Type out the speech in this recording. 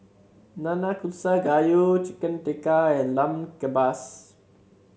Nanakusa Gayu Chicken Tikka and Lamb Kebabs